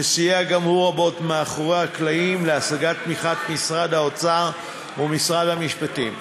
סייע גם הוא רבות מאחורי הקלעים להשגת תמיכת משרד האוצר ומשרד המשפטים.